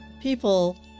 people